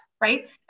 Right